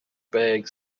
bag